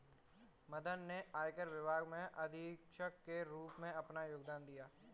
मदन ने आयकर विभाग में अधीक्षक के रूप में अपना योगदान दिया